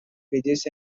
pages